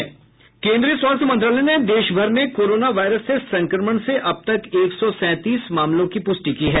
केन्द्रीय स्वास्थ्य मंत्रालय ने देश भर में कोरोना वायरस से संक्रमण से अब तक एक सौ सैंतीस मामलों की पूष्टि की है